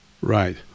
Right